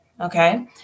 Okay